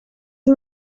این